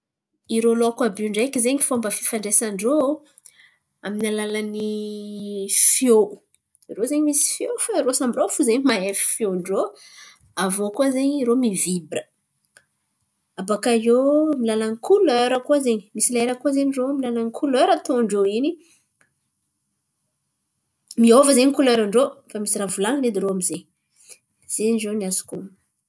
Irô laoko àby io ndreky zen̈y fomba fifandraisan-drô amin'ny alalan'ny fiô. Irô zen̈y misy fiô fa irô samby irô fo zen̈y mahay fiôn-drô aviô koa zen̈y irô mivibra. Abôkaiô amin'ny alalan'ny kolera koa zen̈y. Misy lera koa zen̈y irô amin'ny alalan'ny kolera ataon-drô iny zen̈y miova zen̈y koleran-drô efa misy raha volan̈iny edy irô amy zen̈y. Zen̈y ziô ny azoko onon̈o.